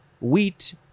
wheat